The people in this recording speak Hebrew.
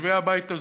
מיושבי הבית הזה.